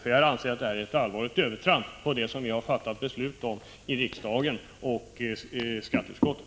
Jag anser nämligen att detta är ett allvarligt övertramp i förhållande till vad vi har fattat beslut om i riksdagen och i skatteutskottet.